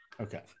Okay